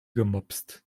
gemopst